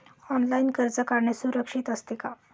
Online कर्ज काढणे सुरक्षित असते का?